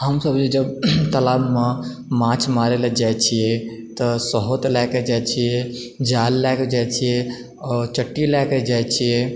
हमसभ जे जब तलाबमे माछ मारयलऽ जाइत छियै तऽ सहथ लयकऽ जाइत छियै जाल लयकऽ जाइत छियै आओर चट्टी लयकऽ जाइत छियै